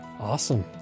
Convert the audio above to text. Awesome